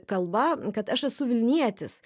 kalba kad aš esu vilnietis